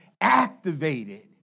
activated